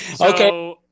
okay